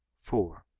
four.